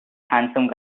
handsome